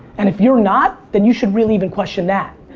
and if you're not, then you should really even question that.